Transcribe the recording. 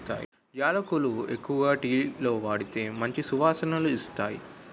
యాలకులు ఎక్కువగా టీలో వాడితే మంచి సువాసనొస్తాయి